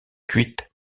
cuites